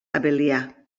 abelià